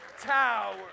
tower